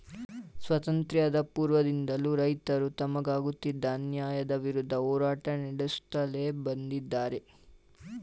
ಸ್ವಾತಂತ್ರ್ಯ ಪೂರ್ವದಿಂದಲೂ ರೈತರು ತಮಗಾಗುತ್ತಿದ್ದ ಅನ್ಯಾಯದ ವಿರುದ್ಧ ಹೋರಾಟ ನಡೆಸುತ್ಲೇ ಬಂದಿದ್ದಾರೆ